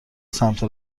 سمت